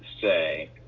say